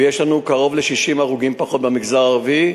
ויש לנו קרוב ל-60 הרוגים פחות במגזר הערבי,